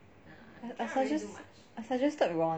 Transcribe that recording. I suggested ron